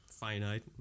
finite